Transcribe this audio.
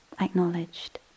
acknowledged